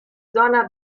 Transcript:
zona